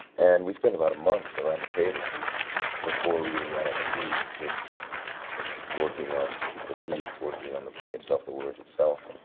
and we spent about a month around the table before we even got on our feet, just working on the piece, working on the play itself, the words itself.